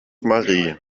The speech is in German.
marie